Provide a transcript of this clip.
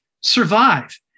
survive